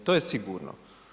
To je sigurno.